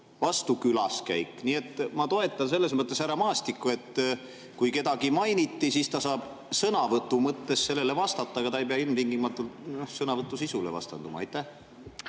"vastukülaskäik". Nii et ma toetan selles mõttes härra Maastikku, et kui kedagi mainiti, siis ta saab sõnavõtu mõttes sellele vastata, aga ta ei pea ilmtingimata sõnavõtu sisule vastanduma. Ei